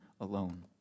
alone